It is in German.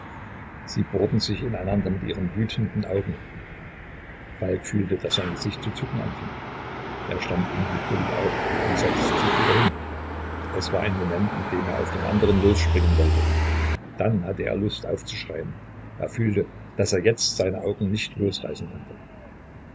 sie bohrten sich in einander mit ihren wütenden augen falk fühlte daß sein gesicht zu zucken anfinge er stand unwillkürlich auf und setzte sich wieder hin es war ein moment in dem er auf den anderen losspringen wollte dann hatte er lust aufzuschreien er fühlte daß er jetzt seine augen nicht losreißen konnte